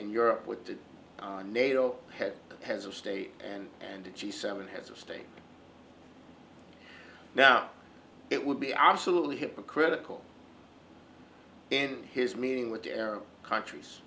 in europe with the nato head of state and and the g seven heads of state now it would be absolutely hypocritical in his meeting with arab countries